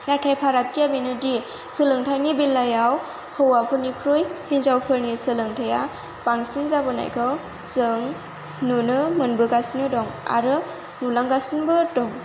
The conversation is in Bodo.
नाथाय फारागथिया बेनोदि सोलोंथायनि बेलायाव हौवाफोरनिख्रुय हिनजावफोरनि सोलोंथाया बांसिन जाबोनायखौ जों नुनो मोनबोगासिनो दं आरो नुलांगासिनोबो दं